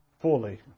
fully